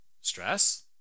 Stress